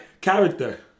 character